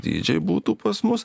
dydžiai būtų pas mus